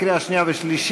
לקריאה שנייה ושלישית.